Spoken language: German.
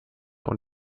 und